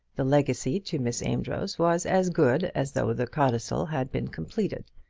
the legacy to miss amedroz was as good as though the codicil had been completed.